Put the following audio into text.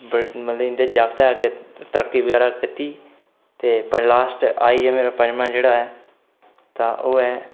मतलब इं'दे जागतै अग्गै तरक्की बगैरा कीती ते पर लास्ट आई गेआ पंजमां जेह्ड़ा ऐ ता ओह् ऐ